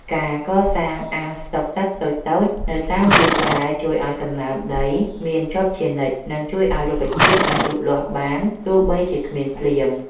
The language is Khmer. ការកសាងអាងស្តុកទឹកតូចៗនៅតាមវាលស្រែជួយឱ្យសំណើមដីមានជាប់ជានិច្ច និងជួយឱ្យរុក្ខជាតិអាចលូតលាស់បានទោះបីជាគ្មានភ្លៀង។